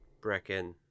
Brecken